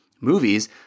movies